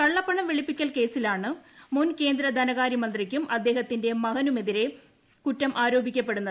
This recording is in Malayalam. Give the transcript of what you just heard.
കളളപണം വെളുപ്പിക്കൽ കേസിലാണ് മുൻ ധനകാര്യ മന്ത്രിക്കും അദ്ദേഹത്തിന്റെ മകനുമെതിരെ കുറ്റം ആരോപിക്കപ്പെടുന്നത്